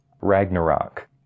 Ragnarok